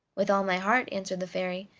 with all my heart, answered the fairy.